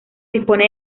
dispone